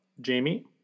Jamie